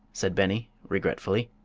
said beni, regretfully.